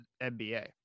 NBA